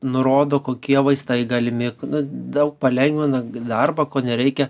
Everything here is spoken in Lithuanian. nurodo kokie vaistai galimi nu daug palengvina darbą ko nereikia